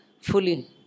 fully